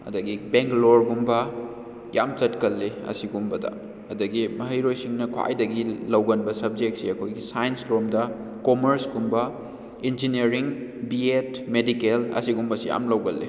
ꯑꯗꯒꯤ ꯕꯦꯡꯒꯂꯣꯔ ꯒꯨꯝꯕ ꯌꯥꯝ ꯆꯠꯀꯜꯂꯤ ꯑꯁꯤꯒꯨꯝꯕꯗ ꯑꯗꯒꯤ ꯃꯍꯩꯔꯣꯏꯁꯤꯡꯅ ꯈ꯭ꯋꯥꯏꯗꯒꯤ ꯂꯧꯒꯟꯕ ꯁꯕꯖꯦꯛꯁꯦ ꯑꯩꯈꯣꯏꯒꯤ ꯁꯥꯏꯟꯁ ꯔꯣꯝꯗ ꯀꯣꯃꯔꯁ ꯀꯨꯝꯕ ꯏꯟꯖꯤꯅꯤꯌꯥꯔꯤꯡ ꯕꯤꯌꯦꯠ ꯃꯦꯗꯤꯀꯦꯜ ꯑꯁꯤꯒꯨꯝꯕꯁꯤ ꯌꯥꯝ ꯂꯧꯒꯜꯂꯤ